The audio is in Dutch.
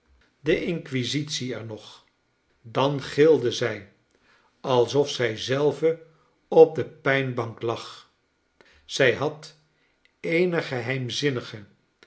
ware deinquisitie er nog dan gilde zij alsof zij zelve op de pijnbank lag zij had eene geheimzinnige